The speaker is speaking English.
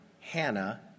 Hannah